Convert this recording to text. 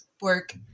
work